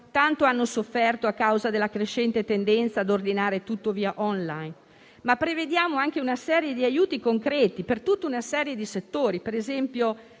tanto hanno sofferto a causa della crescente tendenza a ordinare tutto *online*, ma prevediamo anche aiuti concreti per tutta una serie di settori: per esempio,